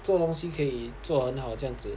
做东西可以做很好这样子